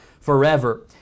forever